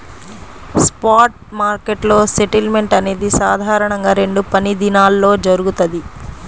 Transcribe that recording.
spot మార్కెట్లో settlement అనేది సాధారణంగా రెండు పనిదినాల్లో జరుగుతది,